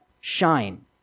shine